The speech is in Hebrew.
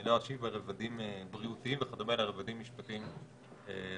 ולא אשיב על רבדים בריאותיים וכדו' אלא רבדים משפטיים לחלוטין.